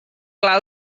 clars